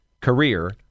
career